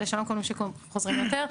אלה שלא מקבלים שיקום חוזרים יותר.